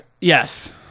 Yes